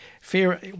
fear